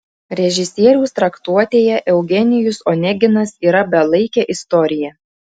režisieriaus traktuotėje eugenijus oneginas yra belaikė istorija